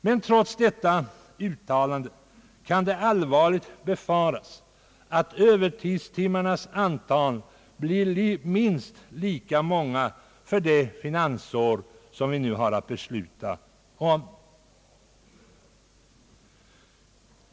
Men trots detta uttalande kan det allvarligt befaras, att övertidstimmarnas antal blir minst lika högt för det finansår som vi nu har att besluta om.